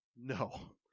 No